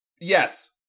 Yes